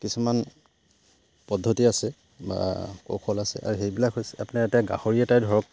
কিছুমান পদ্ধতি আছে বা কৌশল আছে আৰু সেইবিলাক হৈছে আপোনাৰ এটা গাহৰি এটাই ধৰক